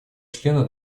члены